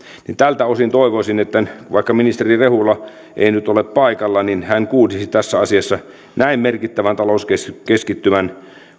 ja tältä osin toivoisin että vaikka ministeri rehula ei nyt ole paikalla hän kuulisi tässä asiassa näin merkittävän talouskeskittymän